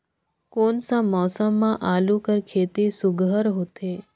कोन सा मौसम म आलू कर खेती सुघ्घर होथे?